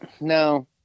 No